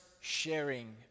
sharing